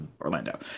Orlando